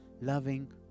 loving